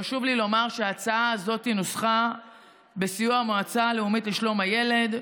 חשוב לי לומר שההצעה הזאת נוסחה בסיוע המועצה הלאומית לשלום הילד,